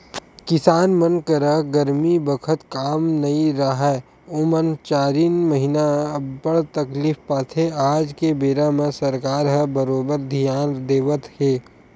किसान मन करा गरमी बखत काम नइ राहय ओमन चारिन महिना अब्बड़ तकलीफ पाथे आज के बेरा म सरकार ह बरोबर धियान देवत हे